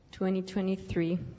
2023